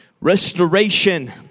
restoration